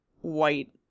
white